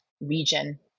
region